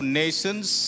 nations